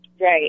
Right